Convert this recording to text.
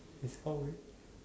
is always